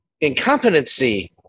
Incompetency